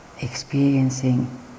experiencing